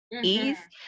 Ease